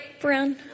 brown